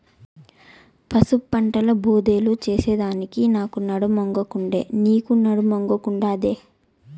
పసుపు పంటల బోదెలు చేసెదానికి నాకు నడుమొంగకుండే, నీకూ నడుమొంగకుండాదే